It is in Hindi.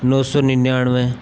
नौ सो निन्यानवे